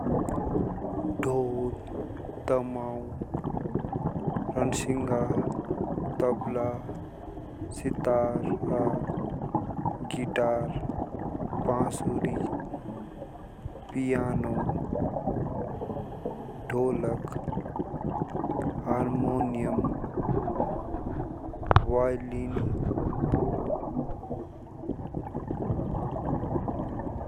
ढोल। दामउ। रणशिका। तबला। सितारा। बाँसुरी। गिटार। पिनाओ। ढोलक। हारमोनियम। वायोलिन।